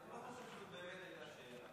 אני לא חושב שזאת באמת הייתה שאלה.